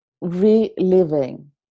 reliving